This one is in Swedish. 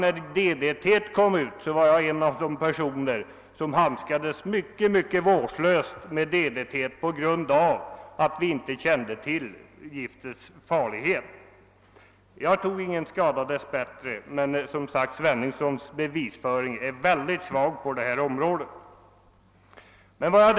När DDT kom ut i handeln var jag sålunda en av dem som till en början handskades mycket vårdslöst med det medlet, eftersom man inte kände till hur farligt det var. Jag tycker som sagt att herr Henningssons bevisföring i det här stycket var mycket svag.